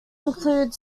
include